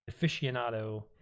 Aficionado